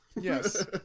yes